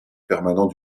permanent